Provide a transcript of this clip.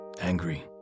angry